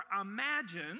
imagine